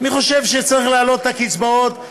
אני חושב שצריך להעלות את הקצבאות,